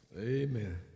Amen